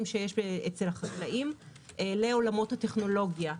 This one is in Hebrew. שיש אצל החקלאים לעולמות הטכנולוגיה.